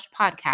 podcast